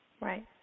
Right